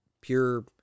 pure